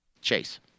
Chase